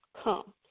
come